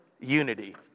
unity